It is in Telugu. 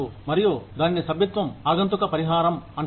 మరియు దానిని సభ్యత్వ ఆగంతుక పరిహారం అంటారు